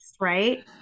right